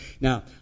Now